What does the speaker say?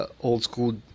old-school